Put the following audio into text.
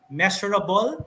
measurable